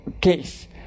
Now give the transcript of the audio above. case